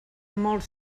molt